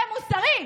זה מוסרי.